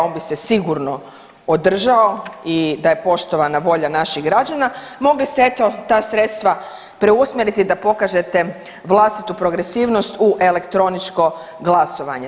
se sigurno održao i da je poštovana volja naših građana, mogli ste eto, ta sredstva preusmjeriti da pokažete vlastitu progresivnost u elektroničko glasovanje.